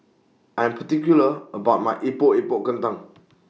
I Am particular about My Epok Epok Kentang